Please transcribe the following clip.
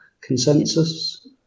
consensus